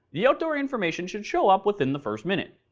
the outdoor information should show up within the first minute.